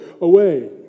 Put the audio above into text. away